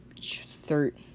third